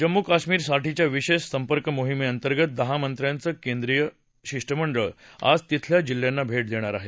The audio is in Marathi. जम्मू कश्मीरसाठीच्या विशेष संपर्क मोहिमेअंतर्गत दहा मंत्र्याचं केंद्रिय एक शिष्टमंडळ आज तिथल्या जिल्ह्यांना भेट देणार आहे